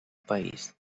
país